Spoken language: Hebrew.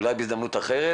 אולי בהזדמנות אחרת.